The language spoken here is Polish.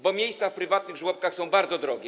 Bo miejsca w prywatnych żłobkach są bardzo drogie.